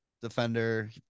defender